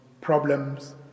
problems